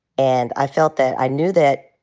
and i felt that i knew that,